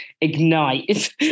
ignite